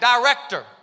director